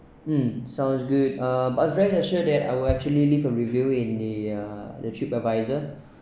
mm sounds good ah but rest assured that I would actually leave a review in the ah the Trip Advisor